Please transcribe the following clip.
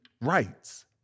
rights